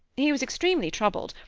he was extremely troubled,